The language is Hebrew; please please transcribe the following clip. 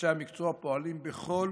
אנשי המקצוע פועלים בכל